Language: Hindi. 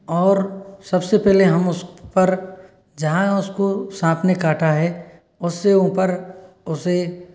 और सबसे पहले हम उस पर जहाँ उसको सांप ने काटा है उससे ऊपर उसे